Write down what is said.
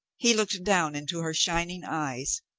he looked down into her shining eyes.